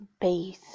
base